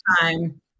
time